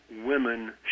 women